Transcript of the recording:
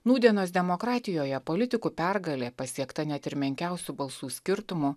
nūdienos demokratijoje politikų pergalė pasiekta net ir menkiausiu balsų skirtumu